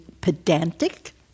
pedantic